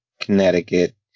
Connecticut